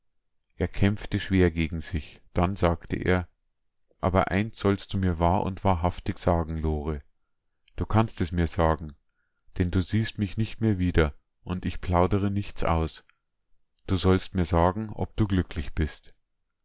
er kämpfte schwer gegen sich dann sagte er aber eins sollst du mir wahr und wahrhaftig sagen lore du kannst es mir sagen denn du siehst mich nicht mehr wieder und ich plaudere nichts aus du sollst mir sagen ob du glücklich bist